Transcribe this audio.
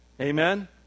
Amen